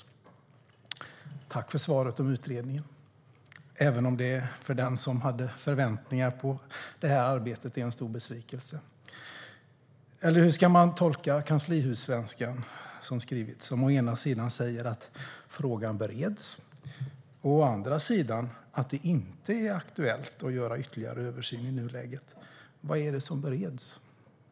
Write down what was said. Jag tackar för svaret om utredningen, även om det är en stor besvikelse för den som hade förväntningar på det här arbetet. Hur ska man tolka kanslihussvenskan? Å ena sidan sägs att "frågan bereds". Å andra sidan sägs att det inte är "aktuellt att göra ytterligare en översyn i nuläget". Vad är det som bereds?